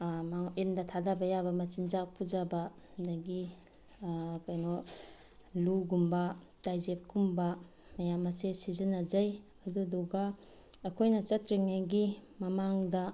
ꯏꯟꯗ ꯊꯥꯊꯕ ꯌꯥꯕ ꯃꯆꯤꯟꯖꯥꯛ ꯄꯨꯖꯕ ꯑꯗꯒꯤ ꯀꯩꯅꯣ ꯂꯨꯒꯨꯝꯕ ꯇꯥꯏꯖꯦꯞꯀꯨꯝꯕ ꯃꯌꯥꯝ ꯑꯁꯦ ꯁꯤꯖꯤꯟꯅꯖꯩ ꯑꯗꯨꯗꯨꯒ ꯑꯩꯈꯣꯏꯅ ꯆꯠꯇ꯭ꯔꯤꯉꯩꯒꯤ ꯃꯃꯥꯡꯗ